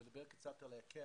אם לדבר קצת על ההיקף.